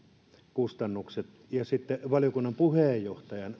kustannukset ja sitten valiokunnan puheenjohtajan